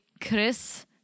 Chris